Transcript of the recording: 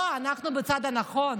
לא, אנחנו בצד הנכון.